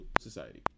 society